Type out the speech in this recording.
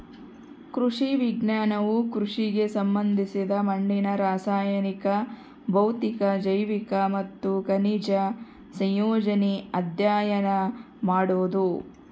ಕೃಷಿ ವಿಜ್ಞಾನವು ಕೃಷಿಗೆ ಸಂಬಂಧಿಸಿದ ಮಣ್ಣಿನ ರಾಸಾಯನಿಕ ಭೌತಿಕ ಜೈವಿಕ ಮತ್ತು ಖನಿಜ ಸಂಯೋಜನೆ ಅಧ್ಯಯನ ಮಾಡೋದು